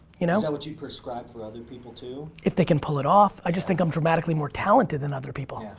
you know? is that what you prescribe for other people too? if they can pull it off. i just think i'm dramatically more talented than other people.